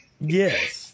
Yes